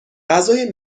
غذای